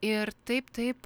ir taip taip